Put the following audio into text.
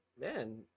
man